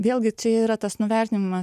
vėlgi čia yra tas nuvertinimas